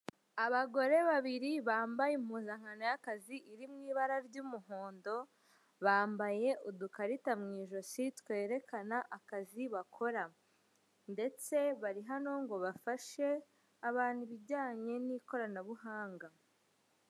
Abagore babiri bambaye impuzankano y'akazi iri mu ibara ry'umuhondo, bambaye udukarita mu ijosi twerekana akazi bakora ndetse bari hano ngo bafashe abantu ibijyanye n'ikoranabuhanga.